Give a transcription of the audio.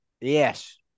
Yes